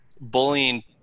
bullying